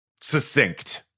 succinct